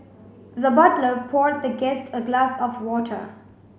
the butler poured the guest a glass of water